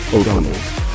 O'Donnell